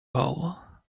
hole